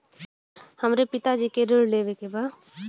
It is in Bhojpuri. हमरे पिता जी के ऋण लेवे के बा?